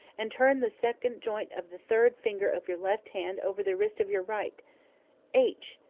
and turn the second joint of the third finger of your left hand over the wrist of your right h.